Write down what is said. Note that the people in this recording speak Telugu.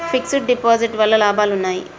ఫిక్స్ డ్ డిపాజిట్ వల్ల లాభాలు ఉన్నాయి?